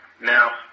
Now